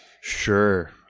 Sure